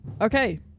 Okay